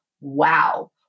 wow